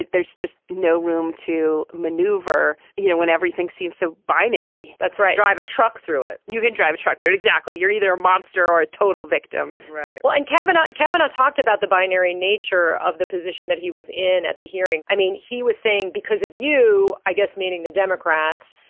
there's just no room to maneuver. you know when everything seemed so binary. that's right drive a truck through it you can drive a truck through it exactly you're either a monster or a total victim right. well in and cabinet cabinet talked about the binary nature of the position that he was in at the hearing. i mean he was saying because of you i guess meaning the democrats.